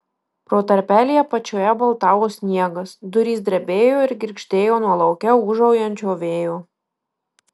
pro tarpelį apačioje baltavo sniegas durys drebėjo ir girgždėjo nuo lauke ūžaujančio vėjo